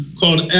called